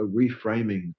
reframing